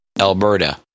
Alberta